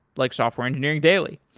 like software engineering daily.